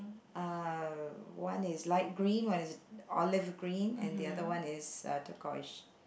uh one is light green one is olive green and the other one is turquoise